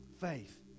faith